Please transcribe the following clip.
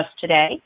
today